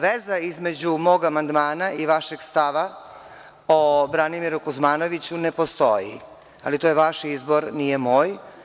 Veza između mog amandmana i vašeg stava o Branimiru Kuzmanoviću ne postoji, ali to je vaš izbor, nije moj.